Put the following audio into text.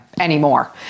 anymore